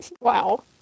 Wow